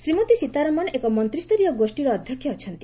ଶ୍ରୀମତୀ ସୀତାରମଣ ଏକ ମନ୍ତ୍ରୀୟ ଗୋଷ୍ଠୀର ଅଧ୍ୟକ୍ଷ ଅଛନ୍ତି